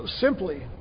simply